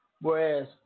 whereas